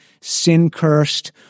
sin-cursed